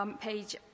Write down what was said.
page